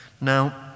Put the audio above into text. Now